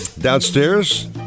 Downstairs